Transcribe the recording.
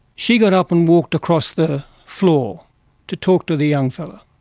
she got up and walked across the floor to talk to the young fella.